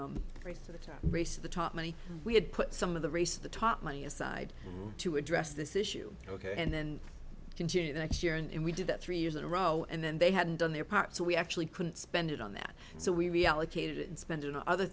top race of the top money we had put some of the race the top money aside to address this issue ok and then the next year and we did that three years in a row and then they hadn't done their part so we actually couldn't spend it on that so we reallocated spent on other